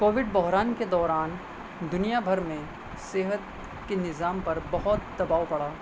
Covid بحران کے دوران دنیا بھر میں صحت کے نظام پر بہت دباؤ پڑا